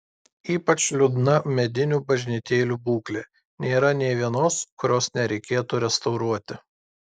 ypač liūdna medinių bažnytėlių būklė nėra nė vienos kurios nereikėtų restauruoti